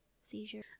seizure